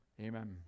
Amen